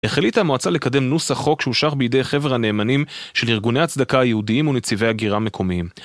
החליטה המועצה לקדם נוסח חוק שאושר בידי חבר הנאמנים של ארגוני הצדקה היהודיים ונציבי הגירה המקומיים.